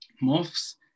Moths